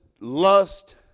Lust